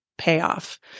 Payoff